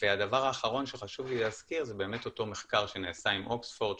והדבר האחרון שחשוב לי להזכיר הוא באמת אותו מחקר שנעשה עם אוקספורד,